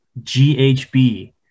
GHB